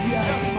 Yes